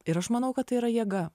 ir aš manau kad tai yra jėga